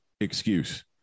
excuse